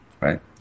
Right